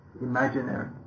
Imaginary